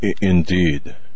Indeed